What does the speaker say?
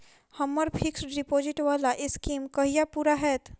हम्मर fixed deposit वला scheme कहिया पूरा हैत?